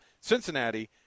Cincinnati